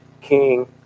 King